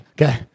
okay